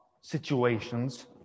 situations